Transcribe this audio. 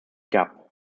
gap